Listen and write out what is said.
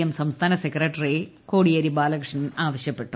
M സംസ്ഥാന secretary Kodiyeri Balakrishnan ആവശ്യപ്പെട്ടു